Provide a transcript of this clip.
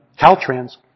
Caltrans